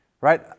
right